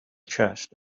chest